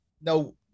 no